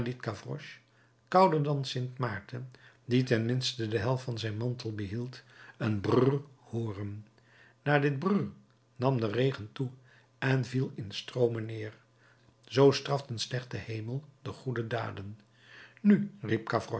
kouder dan sint marten die ten minste de helft van zijn mantel behield een brrr hooren na dit brrr nam de regen toe en viel in stroomen neer zoo straft een slechte hemel de goede daden nu